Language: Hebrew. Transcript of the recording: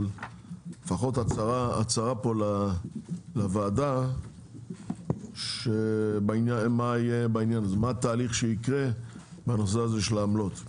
אבל לפחות הצהרה פה לוועדה מה התהליך שיקרה בנושא הזה של העמלות.